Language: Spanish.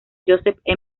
josep